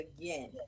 again